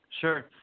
Sure